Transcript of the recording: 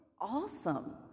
awesome